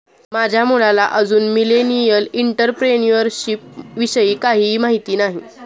माझ्या मुलाला अजून मिलेनियल एंटरप्रेन्युअरशिप विषयी काहीही माहित नाही